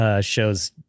show's